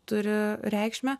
turi reikšmę